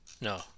No